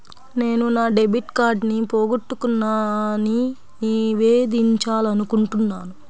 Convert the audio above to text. నేను నా డెబిట్ కార్డ్ని పోగొట్టుకున్నాని నివేదించాలనుకుంటున్నాను